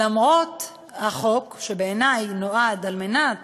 למרות החוק, שבעיני נועד על מנת